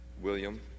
William